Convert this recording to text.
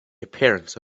appearance